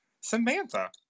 Samantha